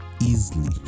easily